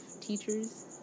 teachers